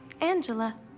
Angela